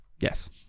Yes